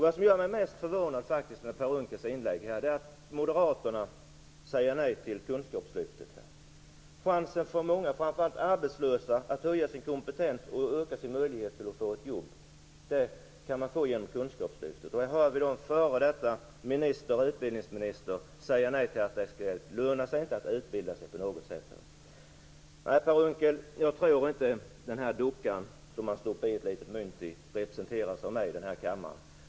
Det som gör mig mest förvånad i Per Unckels inlägg är att Moderaterna säger nej till kunskapslyftet. Chansen för många, framför allt för de arbetslösa, är att höja sin kompetens och öka sina möjligheter att få ett jobb. Det kan man göra genom kunskapslyftet. Här hör vi en f.d. utbildningsminister säga nej och att det inte lönar sig på något sätt att utbilda sig. Nej, Per Unckel, jag tror inte att dockan som man stoppar ett litet mynt i representeras av mig här i kammaren.